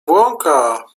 błąka